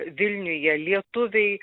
vilniuje lietuviai